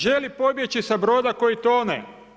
Želi pobjeći sa broda koji tone.